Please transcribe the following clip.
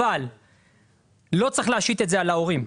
לא צריך להשית את זה על ההורים.